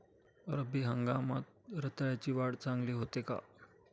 रब्बी हंगामात रताळ्याची वाढ चांगली होते का?